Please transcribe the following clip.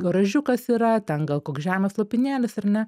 garažiukas yra ten gal koks žemės lopinėlis ar ne